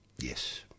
Yes